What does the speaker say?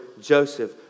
Joseph